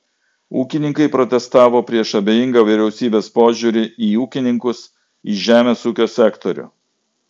ūkininkai protestavo prieš abejingą vyriausybės požiūrį į ūkininkus į žemės ūkio sektorių